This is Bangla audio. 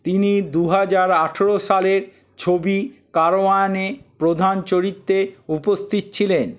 তিনি দুহাজার আঠেরো সালের ছবি কারওয়ানে প্রধান চরিত্রে উপস্থিত ছিলেন